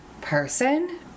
person